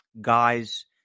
guys